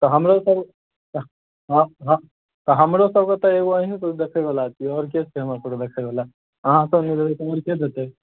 तऽ हमरोसभ तऽ हँ हँ तऽ हमरोसभके तऽ एगो अहीँसभ देखयबला छियै आओर के छै हमरसभके देखयवला अहाँसभ नहि देबै तखन के देतै